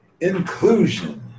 Inclusion